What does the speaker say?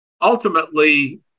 ultimately